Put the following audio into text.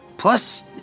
Plus